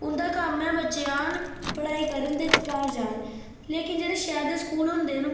उंदा कम्म ऐ बच्चे औन पढ़ाई करन ते घर जान लेकिन जेह्ड़े शैहर दे स्कूल होंदे न